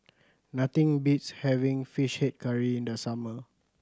nothing beats having Fish Head Curry in the summer